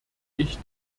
ich